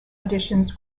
auditions